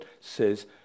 says